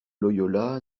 loyola